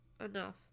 enough